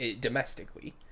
domestically